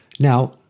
Now